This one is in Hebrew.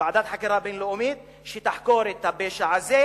ועדת חקירה בין-לאומית שתחקור את הפשע הזה,